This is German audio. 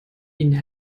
ihnen